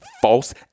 false